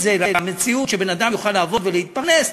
זה למציאות שבן-אדם יוכל לעבוד ולהתפרנס,